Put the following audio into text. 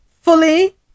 fully